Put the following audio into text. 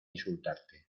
insultarte